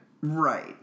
Right